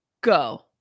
Go